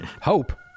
Hope